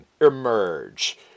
emerge